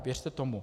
Věřte tomu.